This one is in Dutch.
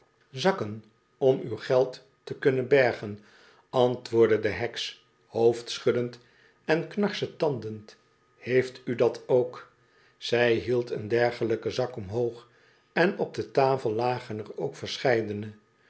zakken om uw geld te kunnen bergen antwoordde de heks hoofdschuddend en knarstandend heeft u dat ook zij hield een dergelijken zak omhoog en op de tafel lagen er ook